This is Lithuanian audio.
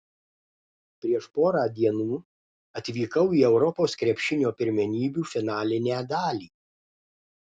prieš porą dienų atvykau į europos krepšinio pirmenybių finalinę dalį